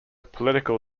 political